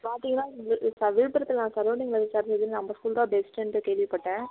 பார்த்தீங்கன்னா வி இப்போ விழுப்புரத்தில் நான் சரௌண்டிங்கில விசாரிச்சதில் நம்ப ஸ்கூல் தான் பெஸ்ட்டுன்ட்டு கேள்விப்பட்டேன்